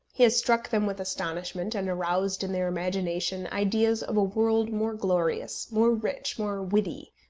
he has struck them with astonishment and aroused in their imagination ideas of a world more glorious, more rich, more witty,